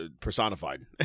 personified